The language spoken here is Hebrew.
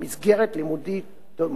מסגרת לימודית תומכת,